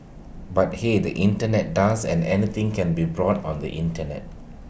but he is the Internet does and anything can be brought on the Internet